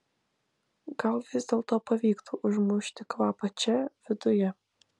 gal vis dėlto pavyktų užmušti kvapą čia viduje